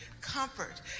comfort